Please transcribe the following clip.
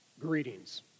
Greetings